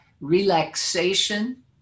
Relaxation